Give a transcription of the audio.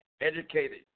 educated